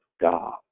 God